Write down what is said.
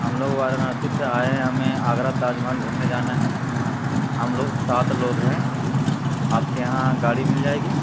ہم لوگ وارانسی سے آئے ہیں ہمیں آگرہ تاج محل گھومنے جانا ہے ہم لوگ سات لوگ ہیں آپ کے یہاں گاڑی مل جائے گی